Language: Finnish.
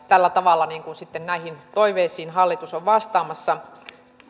tällä tavalla sitten näihin toiveisiin hallitus on vastaamassa